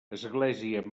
església